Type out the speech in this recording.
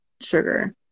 sugar